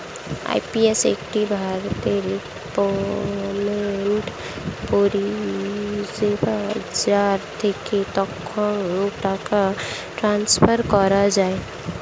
UPI একটি ভারতীয় payment পরিষেবা যার থেকে তৎক্ষণাৎ টাকা ট্রান্সফার করা যায়